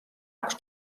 აქვს